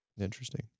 interesting